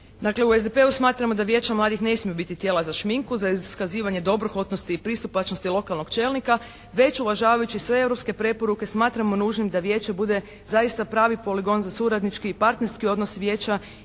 u SDP-u smatramo da Vijeća mladih ne smiju biti tijela za šminku, za iskazivanje dobrohotnosti i pristupačnosti lokalnog čelnika već uvažavajući sve evropske preporuke smatramo nužnim da vijeće bude zaista pravi poligon za suradnički i partnerski odnos vijeća